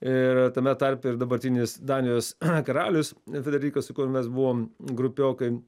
ir tame tarpe ir dabartinis danijos karalius frederikas su kuriuo mes buvom grupiokai